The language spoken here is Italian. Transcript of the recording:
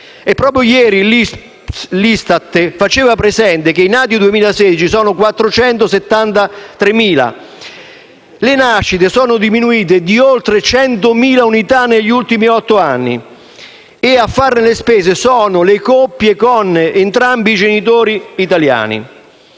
Proprio ieri l'ISTAT faceva presente che i nati nel 2016 sono 473.000. Le nascite sono diminuite di oltre 100.000 unità negli ultimi otto anni e a farne le spese sono le coppie con entrambi i genitori italiani.